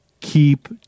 keep